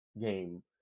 game